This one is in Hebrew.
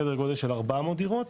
סדר גודל של 400 דירות,